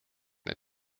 need